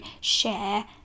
share